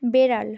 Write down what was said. বেড়াল